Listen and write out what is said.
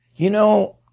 you know,